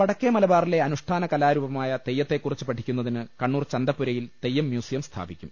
വടക്കേ മലബാറിലെ അനുഷ്ഠാന കലാരൂപമായ തെയ്യത്തെക്കു റിച്ച് പഠിക്കുന്നതിന് കണ്ണൂർ ചന്തപ്പുരയിൽ തെയ്യം മ്യൂസിയം സ്ഥാപി ക്കും